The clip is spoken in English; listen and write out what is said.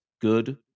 good